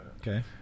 Okay